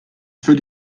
für